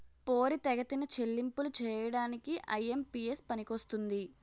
పోరితెగతిన చెల్లింపులు చేయడానికి ఐ.ఎం.పి.ఎస్ పనికొస్తుంది